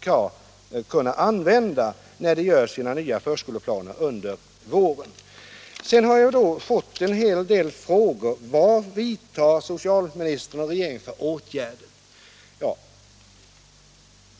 skall kunna använda när de gör sina nya förskoleplaner under våren. Jag har fått en hel del frågor om vilka åtgärder socialministern och regeringen nu vidtar.